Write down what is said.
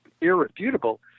irrefutable